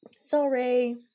Sorry